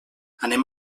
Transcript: anem